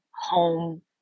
home